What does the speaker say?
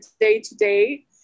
day-to-day